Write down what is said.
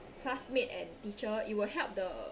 classmate and teacher it will help the